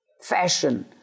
fashion